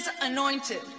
anointed